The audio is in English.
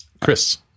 Chris